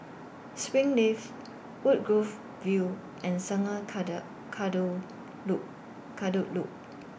Springleaf Woodgrove View and Sungei Kadut Loop Kadut Loop